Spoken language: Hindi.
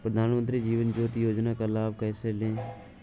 प्रधानमंत्री जीवन ज्योति योजना का लाभ कैसे लें?